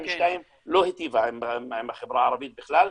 ו-922 לא היטיבה עם החברה הערבית בכלל.